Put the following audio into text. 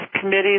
committees